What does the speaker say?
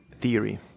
theory